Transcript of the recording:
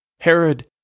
Herod